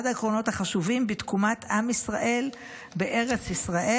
העקרונות החשובים בתקומת עם ישראל בארץ ישראל.